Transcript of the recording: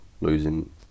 losing